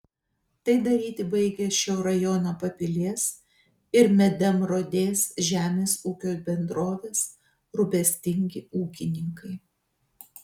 tai daryti baigia šio rajono papilės ir medemrodės žemės ūkio bendrovės rūpestingi ūkininkai